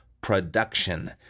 production